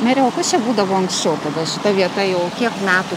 mere o kas čia būdavo anksčiau kada šita vieta jau kiek metų